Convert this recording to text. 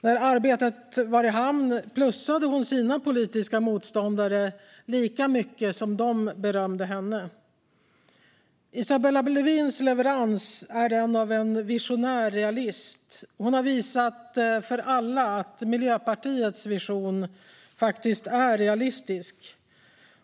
När arbetet var i hamn plussade hon sina politiska motståndare lika mycket som de berömde henne. Isabella Lövins leverans är den av en visionär realist. Hon har visat för alla att Miljöpartiets vision faktiskt är realistisk.